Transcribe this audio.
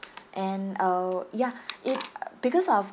and oh ya it because of